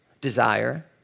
desire